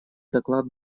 доклад